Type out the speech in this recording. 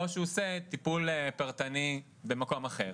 או שהוא עושה טיפול פרטני במקום אחר.